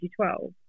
2012